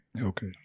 Okay